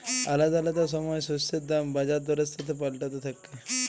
আলাদা আলাদা সময় শস্যের দাম বাজার দরের সাথে পাল্টাতে থাক্যে